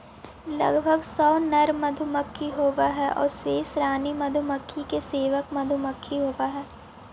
लगभग सौ नर मधुमक्खी होवऽ हइ आउ शेष रानी मधुमक्खी के सेवक मधुमक्खी होवऽ हइ